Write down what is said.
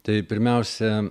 tai pirmiausia